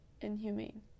inhumane